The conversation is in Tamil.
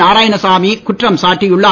நாராயணசாமி குற்றம் சாட்டியுள்ளார்